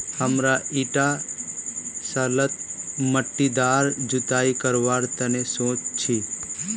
हमरा ईटा सालत पट्टीदार जुताई करवार तने सोच छी